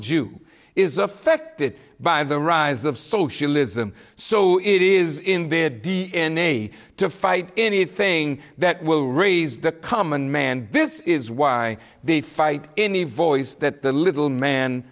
affected by the rise of socialism so it is in their d n a to fight anything that will raise the common man this is why they fight any voice that the little man